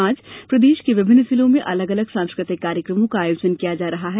आज प्रदेश के विभिन्न जिलों में अलग अलग सांस्कृतिक कार्यक्रमों का आयोजन किया जा रहा है